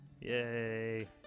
Yay